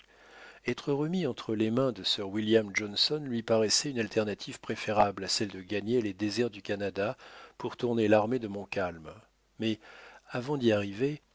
être remis entre les mains de sir william johnson lui paraissait une alternative préférable à celle de gagner les déserts du canada pour tourner l'armée de montcalm mais avant d'y arriver